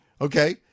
Okay